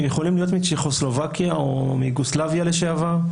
שהם יכולים להיות מצ'כוסלובקיה או מיוגוסלביה לשעבר,